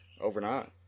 overnight